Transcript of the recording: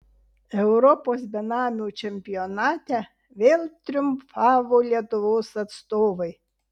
europos benamių čempionate vėl triumfavo lietuvos atstovai